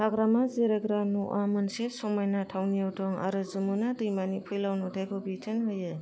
हाग्रामा जिरायग्रा न'वा मोनसे समायना थावनियाव दं आरो जुमुना दैमानि फैलाव नुथाइखौ बिथोन होयो